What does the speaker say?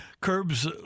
Curbs